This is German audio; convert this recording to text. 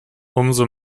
umso